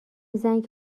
زنگ